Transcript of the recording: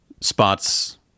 spots